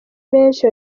benshi